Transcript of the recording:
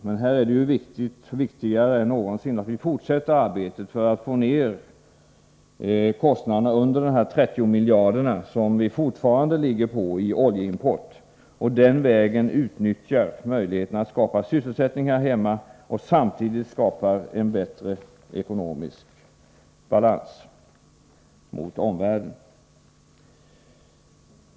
Men på detta område är det nu viktigare än någonsin att vi får fortsätta arbetet för att få ned kostnaderna under de ca 30 miljarder kronor som vi fortfarande betalar för vår oljeimport och för att den vägen utnyttja våra möjligheter att skapa sysselsättning här hemma och samtidigt skapa en bättre ekonomisk balans gentemot omvärlden.